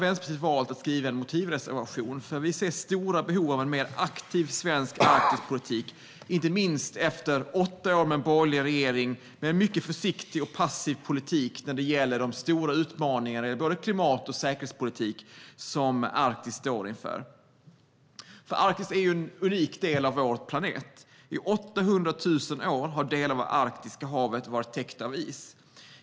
Vänsterpartiet har valt att skriva en motivreservation eftersom vi ser stora behov av en mer aktiv svensk Arktispolitik, inte minst efter åtta år med en borgerlig regering med en mycket försiktig och passiv politik när det gäller de stora utmaningar i fråga om både klimat och säkerhetspolitik som Arktis står inför. Arktis är ju en unik del av vår planet. I 800 000 år har delar av Arktiska havet varit täckt av is.